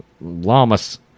Lamas